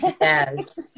Yes